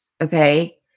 Okay